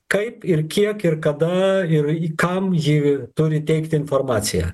kaip ir kiek ir kada ir į kam ji turi teikti informaciją